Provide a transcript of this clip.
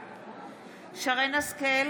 בעד שרן מרים השכל,